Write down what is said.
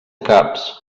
caps